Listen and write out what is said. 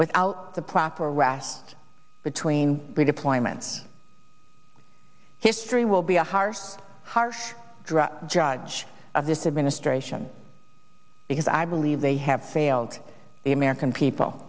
without the proper rest between redeployment history will be a hard hard drug judge of this administration because i believe they have failed the american people